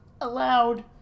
allowed